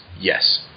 Yes